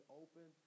open